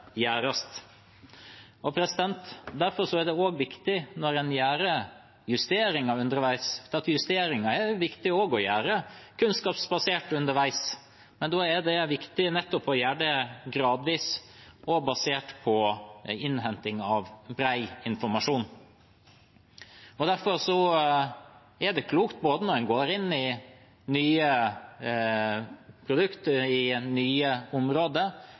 gjøres. Derfor er det også viktig når man gjør justeringer underveis, at også de gjøres kunnskapsbasert. Da er det viktig nettopp å gjøre det gradvis og basert på innhenting av bred informasjon. Derfor er det klokt når man går inn i nye produkter, nye områder, at det er gjennomtenkt, og at man i